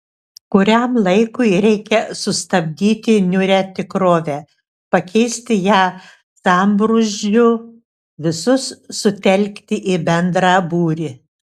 kuriam laikui reikia sustabdyti niūrią tikrovę pakeisti ją sambrūzdžiu visus sutelkti į bendrą būrį